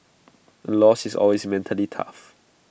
A loss is always mentally tough